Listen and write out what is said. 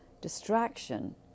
distraction